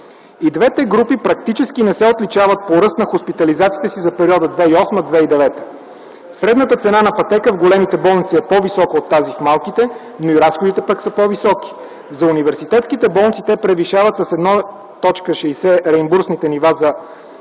И двете групи практически не се отличават по ръст на хоспитализациите си за периода 2008-2009 г. Средната цена на пътека в големите болници е по-висока от тази в малките, но и разходите пък са по-високи. За университетските болници те превишават с 1,60 реимбурсните нива, когато